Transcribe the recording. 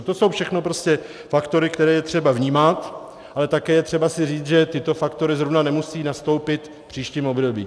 To jsou všechno faktory, které je třeba vnímat, ale také je třeba si říct, že tyto faktory zrovna nemusejí nastoupit v příštím období.